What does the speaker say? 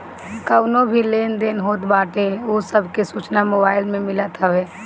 कवनो भी लेन देन होत बाटे उ सब के सूचना मोबाईल में मिलत हवे